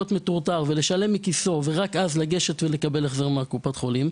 מטורטר ולשלם מכיסו ורק אז לגשת ולקבל החזר מקופת החולים,